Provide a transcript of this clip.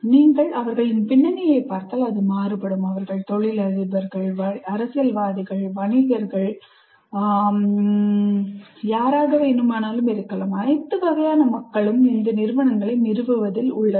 நீங்கள் அவர்களின் பின்னணியைப் பார்த்தால் அது மாறுபடும் அவர்கள் தொழிலதிபர்கள் அரசியல்வாதிகள் வணிகர்கள் அவர்கள் வணிகர்கள் என்ற பொருளில் சர்க்கரை போரன்களாக இருக்கலாம் இவர்களுக்கு எதையும் பெயரிடலாம் அனைத்து வகையான மக்களும் இந்த நிறுவனங்களை நிறுவுவதில் உள்ளனர்